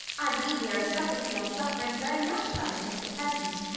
i believe the aristocracy are suffering very much from it just at present.